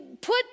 put